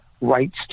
rights